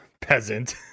peasant